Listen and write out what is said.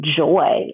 joy